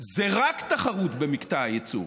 זו רק תחרות במקטע הייצור.